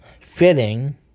fitting